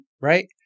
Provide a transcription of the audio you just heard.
Right